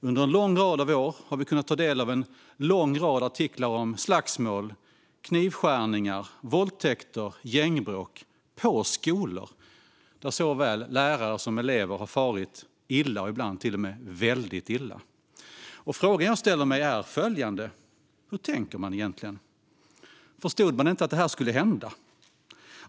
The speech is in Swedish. Under en lång rad av år har vi kunnat ta del av en lång rad artiklar om slagsmål, knivskärningar, våldtäkter och gängbråk på skolor, där såväl lärare som elever har farit illa och ibland till och med väldigt illa. Frågorna jag ställer mig är följande: Hur tänker man egentligen? Förstod man inte att detta skulle hända?